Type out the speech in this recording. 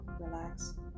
relax